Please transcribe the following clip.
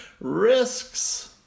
Risks